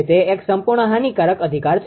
તે એક સંપૂર્ણ હાનિકારક અધિકાર છે